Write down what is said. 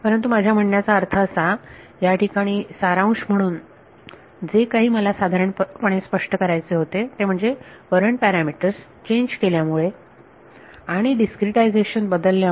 परंतु माझ्या म्हणण्याचा अर्थ असा याठिकाणी सारांश म्हणून जे काही मला साधारणपणे स्पष्ट करायचे होते ते म्हणजे कुरंट पॅरामीटर्स चेंज केल्यामुळे आणि डिस्क्रीटायझेशन बदलल्यामुळे